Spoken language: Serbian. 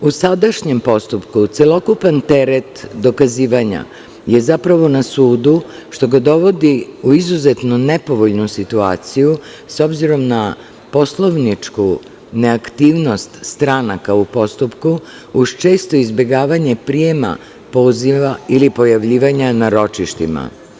U sadašnjem postupku celokupan teret dokazivanja je zapravo na sudu, što ga dovodi u izuzetno nepovoljnu situaciju s obzirom na poslovničku neaktivnost stranaka u postupku, uz često izbegavanje prijema, poziva ili pojavljivanja na ročištima.